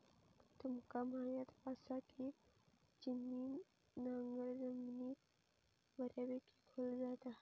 तुमका म्हायत आसा, की छिन्नी नांगर जमिनीत बऱ्यापैकी खोल जाता